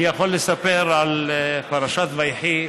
אני יכול לספר על פרשת ויחי,